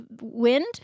wind